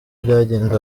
byagenze